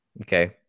Okay